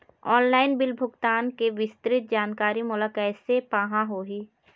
Online bill भुगतान के विस्तृत जानकारी मोला कैसे पाहां होही?